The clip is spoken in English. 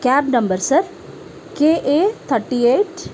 cab number sir K A thirty eight